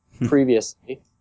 previously